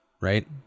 right